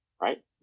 Right